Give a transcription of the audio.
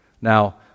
Now